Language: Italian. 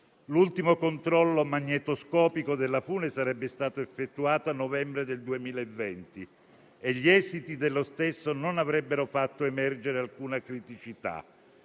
L'ultimo controllo magnetoscopico della fune sarebbe stato effettuato a novembre 2020, i cui esiti non avrebbero fatto emergere alcuna criticità.